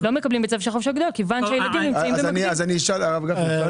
לא מקבלים בית ספר של החופש הגדול,